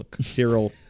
Cyril